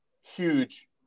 huge